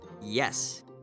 Yes